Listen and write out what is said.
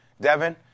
Devin